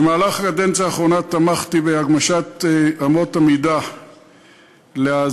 במהלך הקדנציה האחרונה תמכתי בהגמשת אמות המידה לזכאים.